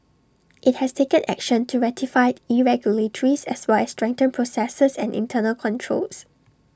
IT has taken action to rectify irregularities as well as strengthen processes and internal controls